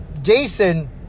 Jason